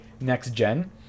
next-gen